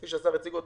כפי שהציג השר